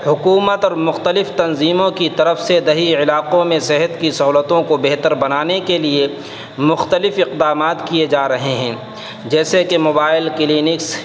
حکومت اور مختلف تنظیموں کی طرف سے دیہی علاقوں میں صحت کی سہولتوں کو بہتر بنانے کے لیے مختلف اقدامات کیے جا رہے ہیں جیسے کہ موبائل کلینکس